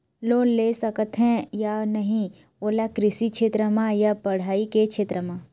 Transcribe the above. Loan ले सकथे या नहीं ओला कृषि क्षेत्र मा या पढ़ई के क्षेत्र मा?